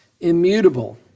immutable